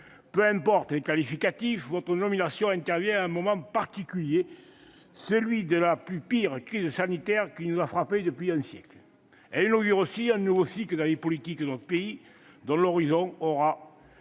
peu importent les qualificatifs, votre nomination intervient à un moment particulier, celui de la pire crise sanitaire qui nous a frappés en un siècle. Elle inaugure aussi un nouveau cycle de la vie politique de notre pays, dont l'horizon aura